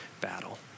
battle